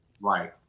Right